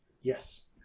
Yes